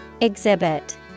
Exhibit